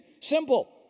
Simple